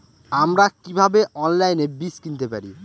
আমরা কীভাবে অনলাইনে বীজ কিনতে পারি?